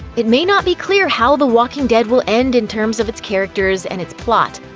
it may not be clear how the walking dead will end in terms of its characters and its plot,